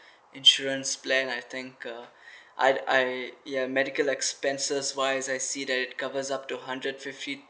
insurance plan I think uh I I ya medical expenses wise I see that it covers up to hundred fifty